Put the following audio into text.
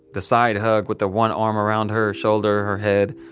the side hug with the one arm around her shoulder, her head.